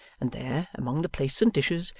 and there, among the plates and dishes,